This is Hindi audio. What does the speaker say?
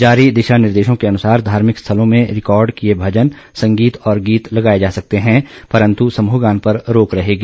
जारी दिशा निर्देशों के अनुसार धार्मिक स्थलों में रिकार्ड किए भजन संगीत और गीत लगाए जा सकते हैं परंतु समूहगान पर रोक रहेगी